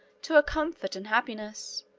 to her comfort and happiness.